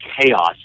chaos